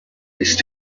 ist